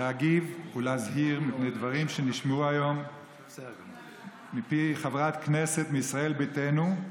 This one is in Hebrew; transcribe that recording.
להגיב ולהזהיר מפני הדברים שנשמעו היום מפי חברת כנסת מישראל ביתנו,